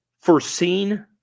foreseen